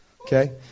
Okay